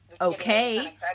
okay